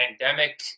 pandemic